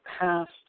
past